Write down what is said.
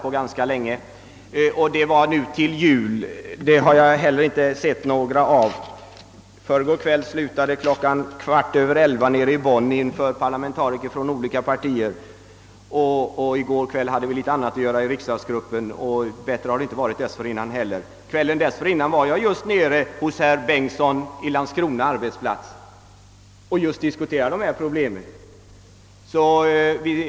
Jag har emellertid inte haft några stilla kvällar på länge. I förrgår kväll slutade jag en överläggning nere i Bonn inför parlamentariker från olika partier en kvart över elva och i går kväll hade vi ju litet att göra i riksdagsgruppen. Någon kväll tidigare i veckan var jag just på herr Bengtssons i Landskrona arbetsplats och diskuterade de problem vi nu behandlar.